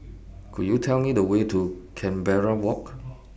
Could YOU Tell Me The Way to Canberra Walk